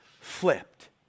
flipped